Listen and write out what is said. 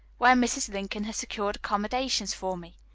where mrs. lincoln had secured accommodations for me.